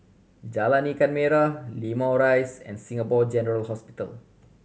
Jalan Ikan Merah Limau Rise and Singapore General Hospital